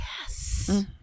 yes